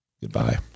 Goodbye